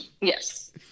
Yes